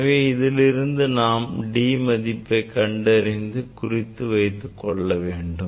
எனவே இதிலிருந்து நாம் d மதிப்பை கண்டறிந்து குறித்து வைத்துக்கொள்ள வேண்டும்